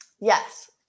Yes